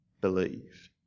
believe